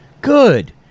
Good